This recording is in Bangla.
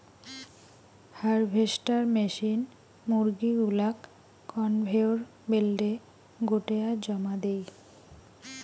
হারভেস্টার মেশিন মুরগী গুলাক কনভেয়র বেল্টে গোটেয়া জমা দেই